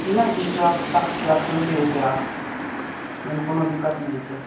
नहि जी सब सब टाइमली होयतै आब ओहिमे कोनो दिकक्त नहि होयतै